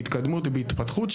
בהתקדמות ובהתפתחות,